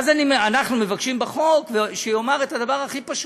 ואז אנחנו מבקשים בחוק שיאמר את הדבר הכי פשוט: